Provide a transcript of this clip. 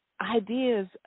ideas